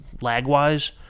lag-wise